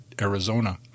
Arizona